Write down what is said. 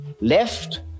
Left